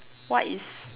what is